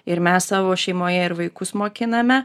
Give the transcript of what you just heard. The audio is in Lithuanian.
ir mes savo šeimoje ir vaikus mokiname